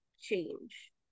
change